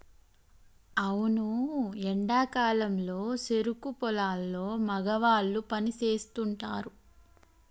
అవును ఎండా కాలంలో సెరుకు పొలాల్లో మగవాళ్ళు పని సేస్తుంటారు